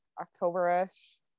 October-ish